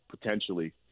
potentially